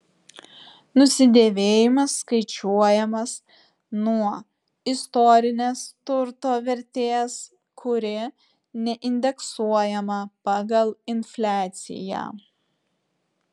nusidėvėjimas skaičiuojamas nuo istorinės turto vertės kuri neindeksuojama pagal infliaciją